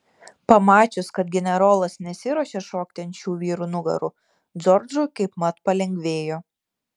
pamačius kad generolas nesiruošia šokti ant šių vyrų nugarų džordžui kaipmat palengvėjo